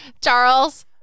Charles